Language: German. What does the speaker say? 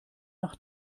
nach